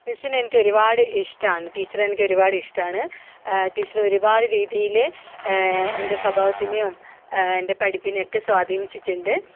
മിസ്സിനെ എനിക്ക് ഒരുപാട് ഇഷ്ടമാണ് ടീച്ചറെ എനിക്ക് ഒരുപാട് ഇഷ്ടമാണ് ടീച്ചർ ഒരുപാട് രീതിയിൽ എൻ്റെ സ്വഭാവത്തിനെയും എൻ്റെ പഠിപ്പിനെയും ഒക്കെ സ്വാധീനിച്ചിട്ടുണ്ട്